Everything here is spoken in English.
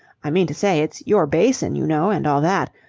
i mean to say it's your basin, you know, and all that.